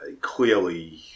Clearly